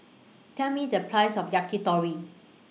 Tell Me The Price of Yakitori